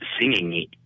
singing